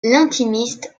intimiste